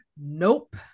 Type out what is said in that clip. Nope